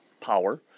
power